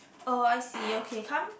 oh I see okay come